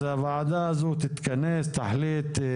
הוועדה הזו תתכנס ותחליט.